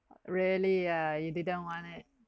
really ah you didn't want it